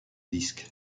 disque